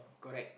correct